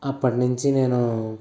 అప్పటి నుంచి నేను